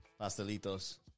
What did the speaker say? pastelitos